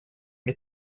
med